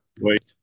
Wait